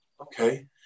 okay